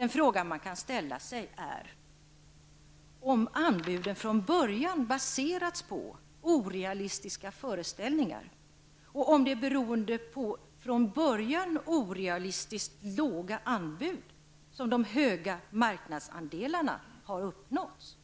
En fråga som man kan ställa sig är om anbuden från början baserats på orealistiska föreställningar och om det är beroende på från början orealistiskt låga anbud som de höga marknadsandelarna har uppnåtts.